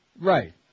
Right